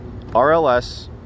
RLS